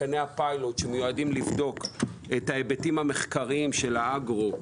מתקני הפיילוט שמיועדים לבדוק את ההיבטים המחקריים של האגרו,